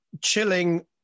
chilling